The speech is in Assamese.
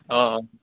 অঁ অঁ